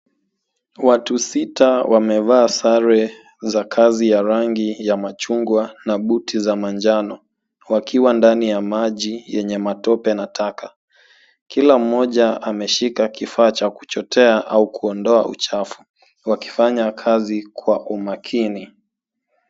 Watu sita wamevaa sare za kazi ya rangi ya machungwa na buti za manjano wakiwa ndani ya maji ya tope na taka. Kila mmoja ameshika kifaa cha kuchotea au kuondoa uchafu wakifanya kazi kwa umaakini.